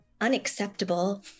unacceptable